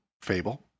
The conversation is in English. Fable